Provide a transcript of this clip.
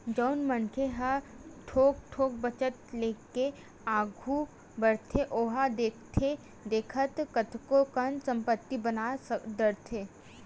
जउन मनखे ह थोक थोक बचत लेके आघू बड़थे ओहा देखथे देखत कतको कन संपत्ति बना डरथे